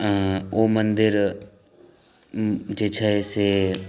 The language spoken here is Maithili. ओ मन्दिर जे छै से